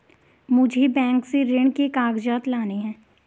मुझे बैंक से ऋण के कागजात लाने हैं